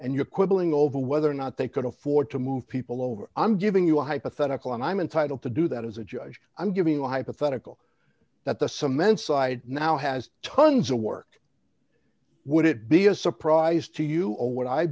quibbling over whether or not they could afford to move people over i'm giving you a hypothetical and i'm entitled to do that as a judge i'm giving you a hypothetical that the cement side now has tons of work would it be a surprise to you or would i